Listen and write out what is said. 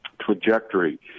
trajectory